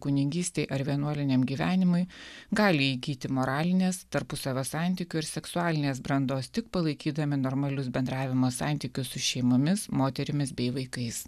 kunigystei ar vienuoliniam gyvenimui gali įgyti moralines tarpusavio santykių ir seksualinės brandos tik palaikydami normalius bendravimo santykius su šeimomis moterimis bei vaikais